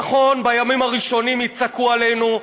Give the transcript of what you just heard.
נכון, בימים הראשונים יצעקו עלינו.